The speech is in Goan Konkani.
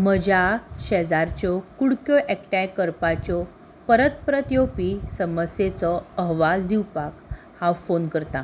म्हज्या शेजारच्यो कुडक्यो एकठांय करपाच्यो परत परत येवपी समस्येचो अहवाल दिवपाक हांव फोन करतां